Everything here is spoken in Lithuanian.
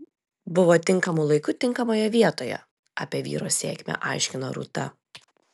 buvo tinkamu laiku tinkamoje vietoje apie vyro sėkmę aiškina rūta